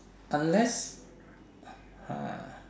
unless (uh huh)